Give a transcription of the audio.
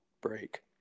break